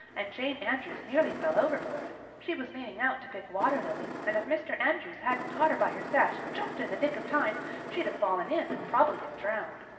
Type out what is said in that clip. and jane andrews nearly fell overboard. she was leaning out to pick water lilies and if mr. andrews hadn't caught her by her sash just in the nick of time she'd fallen in and prob'ly been drowned.